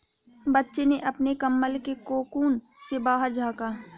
बच्चे ने अपने कंबल के कोकून से बाहर झाँका